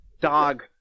dog